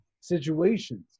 situations